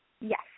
Yes